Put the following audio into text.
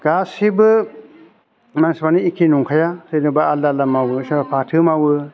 गासिबो मानसिफ्रानो एखे नंखाया जेनेबा आलदा आलदा मावो सोरबा फाथो मावो